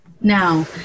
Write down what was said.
now